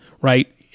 Right